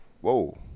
Whoa